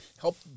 help